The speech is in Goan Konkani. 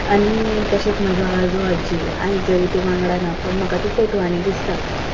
आनी तशेंच म्हजो आजो आजी आयज जरी ती वांगडा ना पण म्हाका ती फोटवांनी दिसता